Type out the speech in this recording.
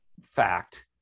fact